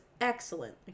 excellent